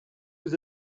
nous